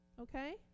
okay